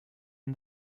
and